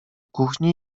kuchni